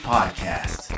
Podcast